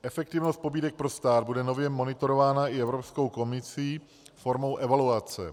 Efektivnost pobídek pro stát bude nově monitorována i Evropskou komisí formou evaluace.